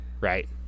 right